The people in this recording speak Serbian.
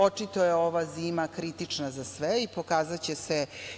Očito je ova zima kritična za sve i pokazaće se…